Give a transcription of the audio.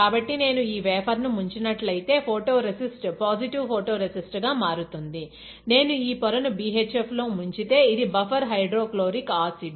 కాబట్టి నేను ఈ వేఫర్ ను ముంచినట్లయితే ఫోటో రెసిస్ట్ పాజిటివ్ ఫోటో రెసిస్ట్గా మారుతుంది నేను ఈ పొరను BHF లో ముంచితే ఇది బఫర్ హైడ్రోక్లోరిక్ ఆసిడ్